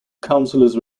councillors